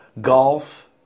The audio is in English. golf